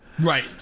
Right